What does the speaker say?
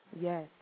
Yes